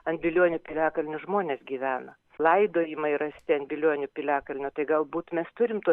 ant bilionių piliakalnio žmonės gyveno laidojimai rasti ant bilionių piliakalnio tai galbūt mes turim tuos